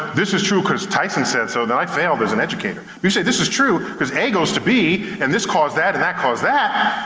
this is true cuz tyson said so, then i failed as an educator. you say, this is true cuz a goes to b, and this caused that, and that caused that,